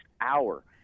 hour